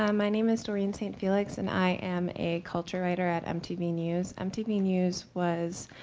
um my name is doreen st. felix, and i am a culture writer at mtv news. mtv news was,